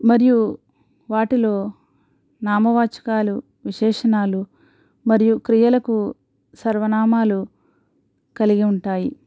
మరియు వాటిలో నామవాచకాలు విశేషణాలు మరియు క్రియలకు సర్వనామాలు కలిగి ఉంటాయి